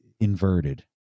Inverted